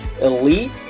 elite